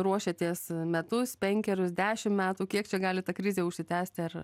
ruošiatės metus penkerius dešim metų kiek čia gali ta krizė užsitęsti ar